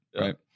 Right